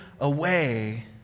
away